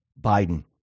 Biden